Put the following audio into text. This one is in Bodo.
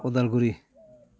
उदालगुरि